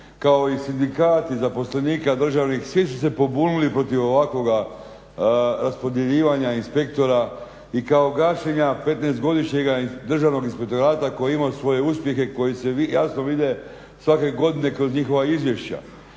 kao i sindikati zaposlenika državnih svi su se pobunili protiv ovakvog raspodjeljivanja inspektora i kao gašenja 15-godišnjega državnog inspektorata koji je imao svoje uspjehe koji se jasno vide svake godine kroz njihova izvješća.